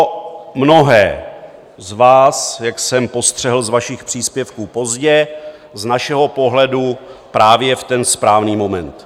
Pro mnohé z vás, jak jsem postřehl z vašich příspěvků, pozdě, z našeho pohledu právě v ten správný moment.